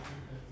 um what is it